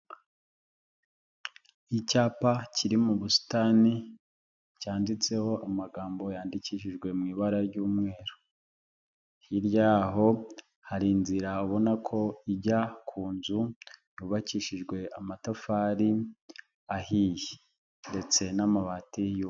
Icyapa kiri mu busitani cyanditseho amagambo yandikishijwe mu ibara ry'umweru hirya y'aho hari inzira abona ko ijya ku nzu yubakishijwe amatafari ahiye ndetse n'amabati.